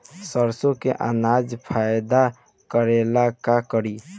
सरसो के अनाज फायदा करेला का करी?